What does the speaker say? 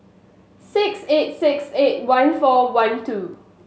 six eight six eight one four one two